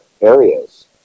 areas